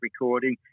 recording